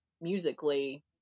musically